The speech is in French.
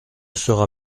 sera